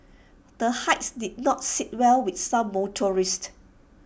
the hikes did not sit well with some motorists